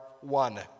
one